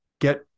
get